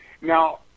Now